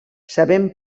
sabem